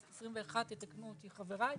תתקנו אותי חבריי,